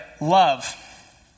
Love